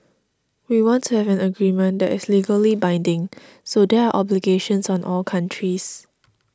we want to have an agreement that is legally binding so there are obligations on all countries